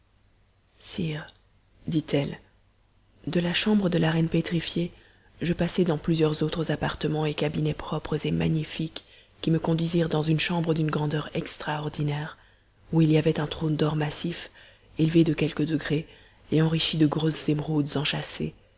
dit-elle de la chambre de la reine pétrifiée je passai dans plusieurs autres appartements et cabinets propres et magnifiques qui me conduisirent dans une chambre d'une grandeur extraordinaire où il y avait un trône d'or massif élevé de quelques degrés et enrichi de grosses émeraudes enchâssées